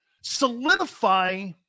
solidify